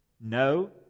No